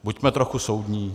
Buďme trochu soudní.